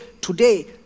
Today